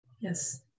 yes